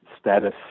status